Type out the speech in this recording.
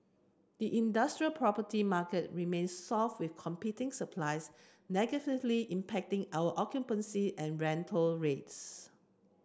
the industrial property market remains soft with competing supply's negatively impacting our occupancy and rental rates